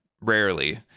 Rarely